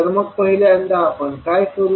तर मग पहिल्यांदा आपण काय करू